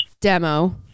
demo